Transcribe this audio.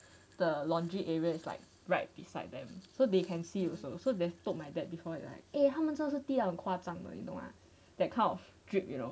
the laundry area it's like right beside them so they can see also so they told my dad before like 他们真的滴到很夸张你懂吗 that kind of drip you know